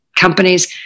companies